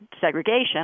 segregation